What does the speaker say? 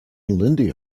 lindy